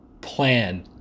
plan